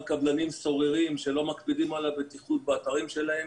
קבלנים סוררים שלא מקפידים על הבטיחות באתרים שלהם,